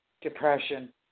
depression